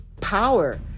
power